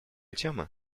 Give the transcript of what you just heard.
темы